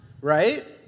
right